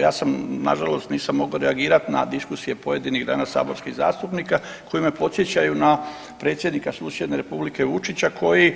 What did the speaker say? Ja sam nažalost nisam mogao reagirati na diskusije pojedinih danas saborskih zastupnika koji me podsjećaju na predsjednika susjedne republike Vučića koji